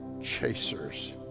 chasers